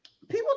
People